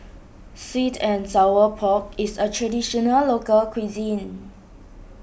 Sweet and Sour Pork is a Traditional Local Cuisine